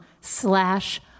slash